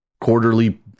Quarterly